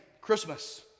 Christmas